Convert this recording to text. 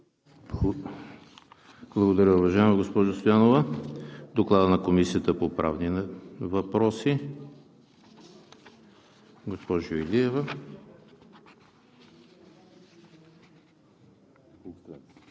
Благодаря, уважаема госпожо Стоянова. Следва Докладът на Комисията по правни въпроси. Госпожо Илиева,